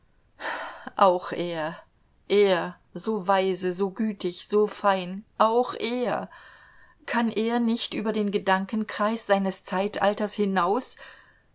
auch er er so weise so gütig so fein auch er kann er nicht über den gedankenkreis seines zeitalters hinaus